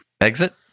exit